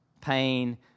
pain